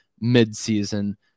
mid-season